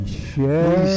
share